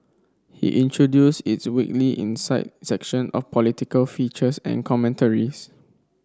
he introduced its weekly Insight section of political features and commentaries